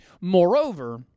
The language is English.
Moreover